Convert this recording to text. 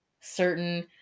certain